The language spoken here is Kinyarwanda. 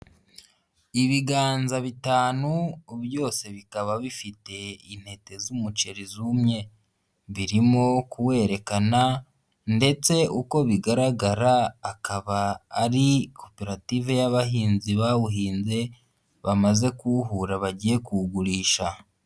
Ibiganza bitanu byose bikaba bifite intete z'umuceri zumye, birimo kuwerekana ndetse uko bigaragara akaba ari koperative y'abahinzi bawuhinze, bamaze kuwuhura bagiye kuwugurisha.